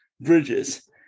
bridges